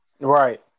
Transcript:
Right